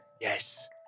Yes